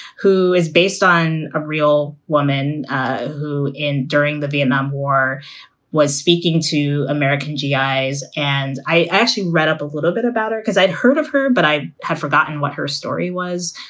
who is based on a real woman who in during the vietnam war was speaking to american guys. and i actually read up a little bit about her because i'd heard of her, but i had forgotten what her story was.